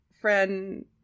Friend